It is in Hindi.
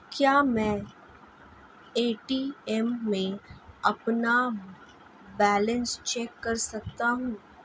क्या मैं ए.टी.एम में अपना बैलेंस चेक कर सकता हूँ?